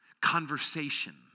conversation